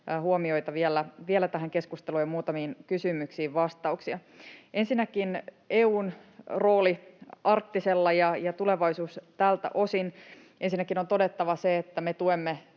huomioita vielä tähän keskusteluun ja muutamiin kysymyksiin vastauksia. Ensinnäkin EU:n rooli arktisella ja tulevaisuus tältä osin. Ensinnäkin on todettava, että me tuemme